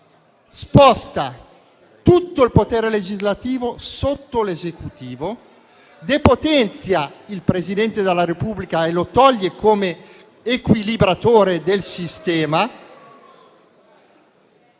Sposta tutto il potere legislativo sotto l'Esecutivo, depotenzia il Presidente della Repubblica, togliendogli il ruolo di equilibratore del sistema